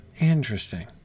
Interesting